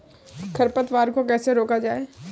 खरपतवार को कैसे रोका जाए?